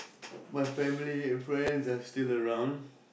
my family and friends are still around